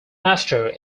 after